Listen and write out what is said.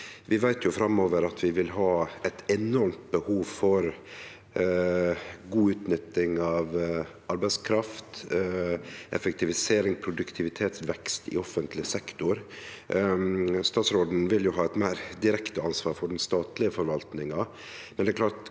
Vi veit at vi framover vil ha eit enormt behov for god utnytting av arbeidskraft, effektivisering og produktivitetsvekst i offentleg sektor. Statsråden vil ha eit meir direkte ansvar for den statlege forvaltinga,